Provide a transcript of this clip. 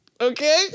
Okay